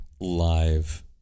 live